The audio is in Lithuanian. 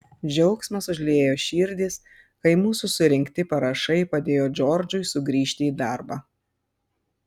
džiaugsmas užliejo širdis kai mūsų surinkti parašai padėjo džordžui sugrįžti į darbą